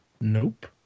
Nope